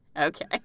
Okay